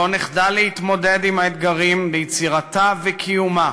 לא נחדל להתמודד עם האתגרים שביצירתה ובקיומה